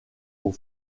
aux